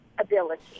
ability